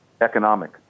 economic